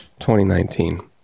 2019